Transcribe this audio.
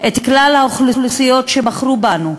את כלל האוכלוסיות שבחרו בנו,